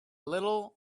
little